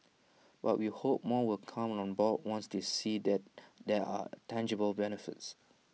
but we hope more will come on board once they see that there are tangible benefits